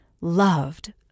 loved